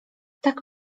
tak